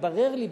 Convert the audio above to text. התברר לי,